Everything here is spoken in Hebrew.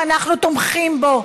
שאנחנו תומכים בו,